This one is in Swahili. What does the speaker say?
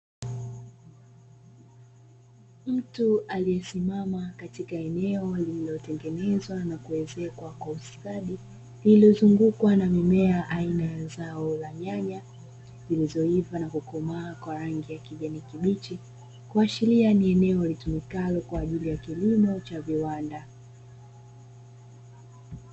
Mtu aliyesimama katika eneo lililotengenezwa na kuezekwa kwa ustadi, ililozungukwa na mimea aina ya zao la nyanya zilizokomaa na kuiva kwa rangi ya kijani kibichi, kuashiria ni eneo litumikalo kwa ajili ya kilimo cha kiwanda.